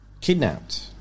Kidnapped